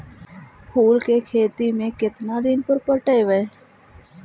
फूल के खेती में केतना दिन पर पटइबै?